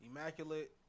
Immaculate